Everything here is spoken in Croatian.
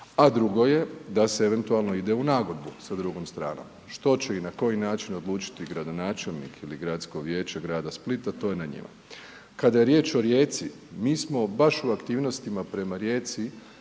a druga je da se eventualno ide u nagodbu sa drugom stranom. Što će i na koji način odlučiti gradonačelnik ili gradsko vijeće grada Splita to je na njima. Kada je riječ o Rijeci, mi smo baš u aktivnostima prema Rijeci,